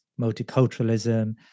multiculturalism